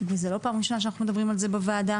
זו לא פעם ראשונה שאנחנו מדברים על זה בוועדה.